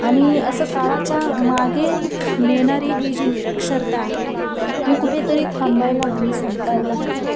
आणि असं काळाच्या मागे नेणारी ही जी निरक्षरता आहे ही कुठेतरी थांबायला हवी संपायला हवी